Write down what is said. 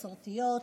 מסורתיות,